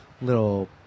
Little